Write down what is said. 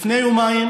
לפני יומיים